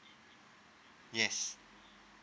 yes